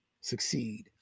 succeed